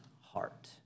heart